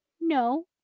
No